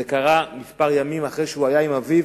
זה קרה כמה ימים אחרי שהוא היה עם אביו,